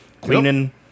cleaning